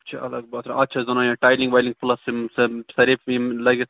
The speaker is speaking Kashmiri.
اچھا الگ باتھ روٗم اتھ چھِ حظ دۅنوٲنِین ٹایلِنٛگ وایلِنٛگ پُلس یِم سٲرِنٕے سٲریٚے یِم لٲگِتھ